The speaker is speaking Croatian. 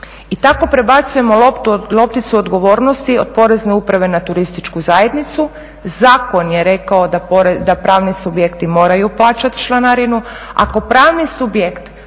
I tako prebacujemo lopticu odgovornosti od Porezne uprave na turističku zajednicu. Zakon je rekao da pravni subjekti moraju plaćati članarinu